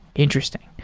interesting.